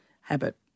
habit